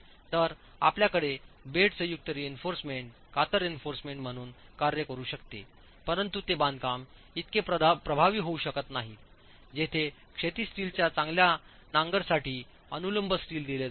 तर आपल्याकडे बेड संयुक्त रीइन्फोर्समेंट कातर रीइन्फोर्समेंट म्हणून कार्य करू शकते परंतु ते बांधकाम इतके प्रभावी होऊ शकत नाहीत जेथे क्षैतिज स्टीलच्या चांगल्या नांगर साठी अनुलंब स्टील दिले जाते